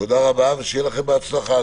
תודה רבה ושיהיה לכם בהצלחה.